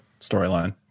storyline